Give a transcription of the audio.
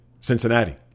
Cincinnati